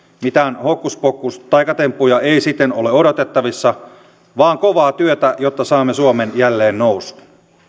mitään hokkuspokkustaikatemppuja ei siten ole odotettavissa vaan kovaa työtä jotta saamme suomen jälleen nousuun